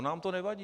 Nám to nevadí.